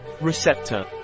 Receptor